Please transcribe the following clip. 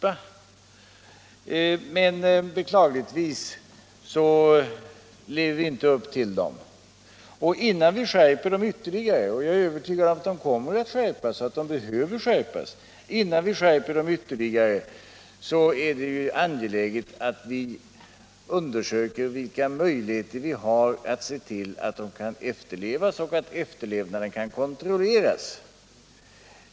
Men beklagligtvis lever vi inte upp till dem. Innan vi skärper reglerna ytterligare — och jag är övertygad om att de kommer att skärpas och att de behöver skärpas — är det angeläget att vi undersöker vilka möjligheter vi har att se till att reglerna efterlevs och att efterlevnaden kan kontrolleras.